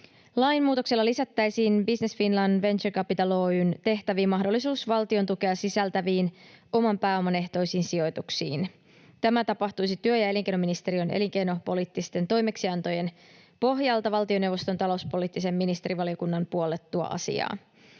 Lainmuutoksella lisättäisiin Business Finland Venture Capital Oy:n tehtäviin mahdollisuus valtion tukea sisältäviin, oman pääoman ehtoisiin sijoituksiin. Tämä tapahtuisi työ- ja elinkeinoministeriön elinkeinopoliittisten toimeksiantojen pohjalta valtioneuvoston talouspoliittisen ministerivaliokunnan puollettua asiaan.